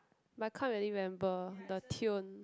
but can't really remember the tune